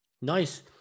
Nice